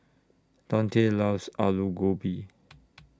Donte loves Alu Gobi